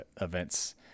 events